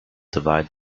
divide